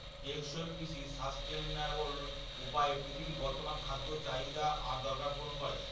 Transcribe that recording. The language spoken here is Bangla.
টেকসই কৃষি সাস্টেইনাবল উপায়ে পৃথিবীর বর্তমান খাদ্য চাহিদা আর দরকার পূরণ করে